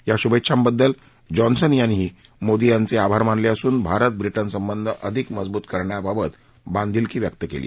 या शुभेच्छांबद्दल जॉन्सन यांनी मोदी यांचे आभार मानले असून भारत ब्रिटन संबध अधिक मजबूत करण्याबाबत बांधिलकी व्यक्त केली आहे